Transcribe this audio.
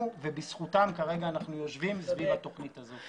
ובזכותם כרגע אנחנו יושבים סביב התכנית הזאת.